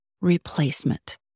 replacement